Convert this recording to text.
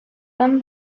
then